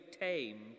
tamed